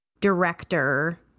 director